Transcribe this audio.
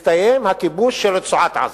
הסתיים הכיבוש של רצועת-עזה.